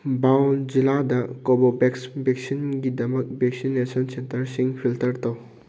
bowl ꯖꯤꯂꯥꯗ ꯀꯣꯕꯣꯕꯦꯛꯁ ꯕꯦꯛꯁꯤꯟꯒꯤꯗꯃꯛ ꯕꯦꯛꯁꯤꯅꯦꯁꯟ ꯁꯦꯟꯇꯔꯁꯤꯡ ꯐꯤꯜꯇꯔ ꯇꯧ